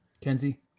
Kenzie